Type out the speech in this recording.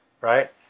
right